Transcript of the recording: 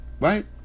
right